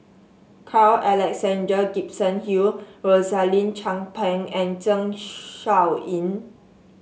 Carl Alexander Gibson Hill Rosaline Chan Pang and Zeng Shouyin